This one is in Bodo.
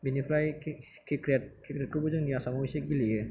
बिनिफ्राय क्रिकेट क्रिकेटखौबो जोंनि आसामाव एसे गेलेयो